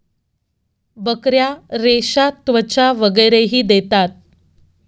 बकऱ्या रेशा, त्वचा वगैरेही देतात